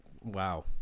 Wow